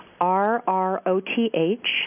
R-R-O-T-H